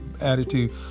attitude